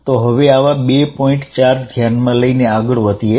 તો હવે આવા બે પોઇંટ ચાર્જને ધ્યાનમાં લઇને આગળ વધીએ